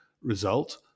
Result